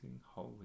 holy